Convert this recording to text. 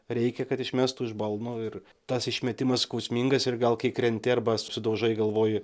reikia kad išmestų iš balno ir tas išmetimas skausmingas ir gal kai krenti arba sudaužai galvoji